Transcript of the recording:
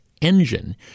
engine